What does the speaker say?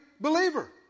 believer